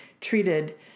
treated